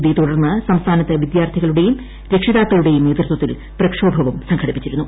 ഇതേ തുടർന്ന് സംസ്ഥാനത്ത് വിദ്യാർത്ഥികളുടെയും രക്ഷിതാക്കളുടെയും നേതൃത്വത്തിൽ പ്രക്ഷോഭവും സംഘടിപ്പിച്ചിരുന്നു